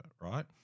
right